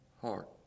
heart